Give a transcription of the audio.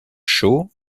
shaw